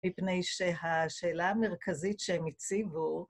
מפני שהשאלה המרכזית שהם הציבו